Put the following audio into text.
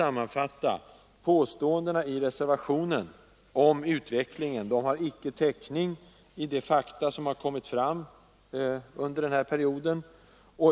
Sammanfattningsvis: Påståendena i reservationen om utvecklingen har inte täckning i de fakta som kommit fram under den här perioden.